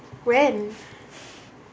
when